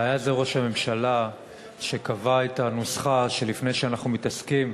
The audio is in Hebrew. ראש הממשלה הוא שקבע את הנוסחה שלפני שאנחנו מתעסקים